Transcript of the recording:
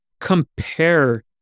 compare